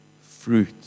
fruit